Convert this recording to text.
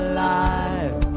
Alive